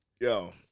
yo